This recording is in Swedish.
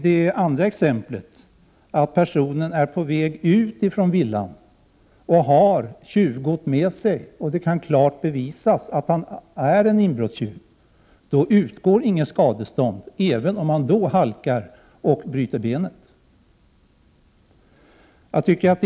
Det andra exemplet gäller en person som är på väg ut ur en villa och som har tjuvgods med sig. Det kan helt klart bevisas att personen är en inbrottstjuv. Då utgår inget skadestånd, även om personen halkar och bryter benet.